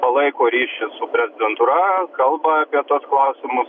palaiko ryšius su prezidentūra kalba apie tuos klausimus